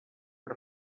per